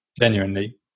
genuinely